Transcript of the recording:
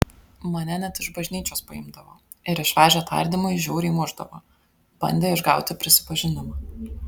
mane net iš bažnyčios paimdavo ir išvežę tardymui žiauriai mušdavo bandė išgauti prisipažinimą